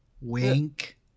Wink